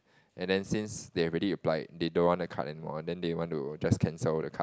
and then since they already applied they don't want the card anymore then they want to just cancel the card